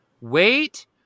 Wait